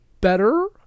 better